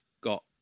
got